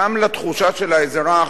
גם לתחושה של האזרח,